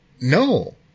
No